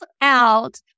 out